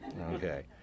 Okay